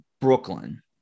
Brooklyn